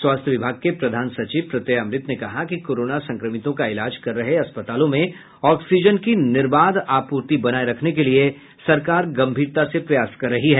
स्वास्थ्य विभाग के प्रधान सचिव प्रत्यय अमृत ने कहा कि कोरोना संक्रमितों का इलाज कर रहे अस्पतालों में ऑक्सीजन की निर्बाध आपूर्ति बनाए रखने के लिए सरकार गंभीरता से प्रयास कर रही है